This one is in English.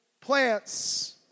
plants